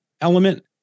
element